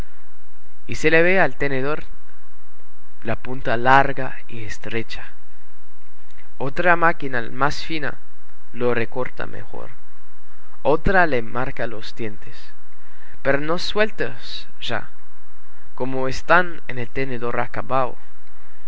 y se le ve al tenedor la punta larga y estrecha otra máquina más fina lo recorta mejor otra le marca los dientes pero no sueltos ya como están en el tenedor acabado